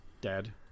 dead